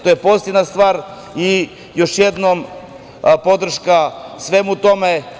To je pozitivna stvar i još jednom podrška svemu tome.